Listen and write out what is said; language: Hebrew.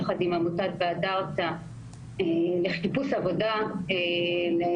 יחד עם עמותת "והדרת" לחיפוש עבודה למבוגרים.